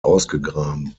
ausgegraben